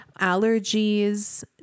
allergies